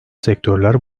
sektörler